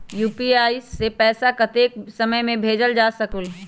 UPI से पैसा कतेक समय मे भेजल जा स्कूल?